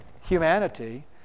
humanity